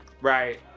Right